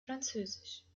französisch